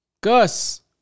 Gus